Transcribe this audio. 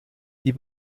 die